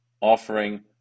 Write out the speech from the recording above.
offering